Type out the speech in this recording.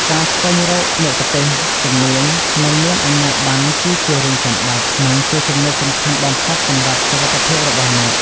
ការស្វែងរកមគ្គុទ្ទេសក៍ជំនាញ និងមានអាជ្ញាប័ណ្ណគឺជារឿងចាំបាច់ និងជាចំណុចសំខាន់បំផុតសម្រាប់សុវត្ថិភាពរបស់អ្នក។